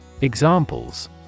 Examples